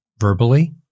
verbally